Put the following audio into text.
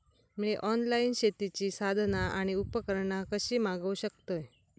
मी online शेतीची साधना आणि उपकरणा कशी मागव शकतय?